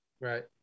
Right